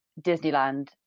Disneyland